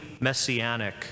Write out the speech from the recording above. messianic